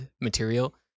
material